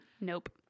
nope